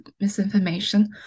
misinformation